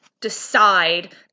decide